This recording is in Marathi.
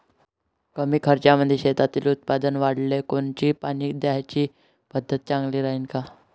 कमी खर्चामंदी शेतातलं उत्पादन वाढाले कोनची पानी द्याची पद्धत चांगली राहीन?